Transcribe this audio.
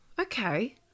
Okay